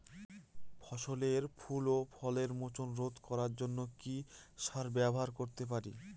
ফসলের ফুল ও ফলের মোচন রোধ করার জন্য কি সার ব্যবহার করতে পারি?